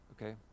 Okay